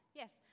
yes